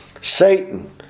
Satan